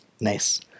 Nice